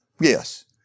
Yes